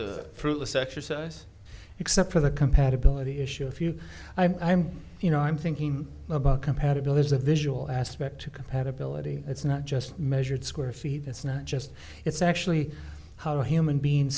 a fruitless exercise except for the compatibility issue if you i'm you know i'm thinking about compatibility that visual aspect compatibility it's not just measured square feet it's not just it's actually how a human being